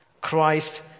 Christ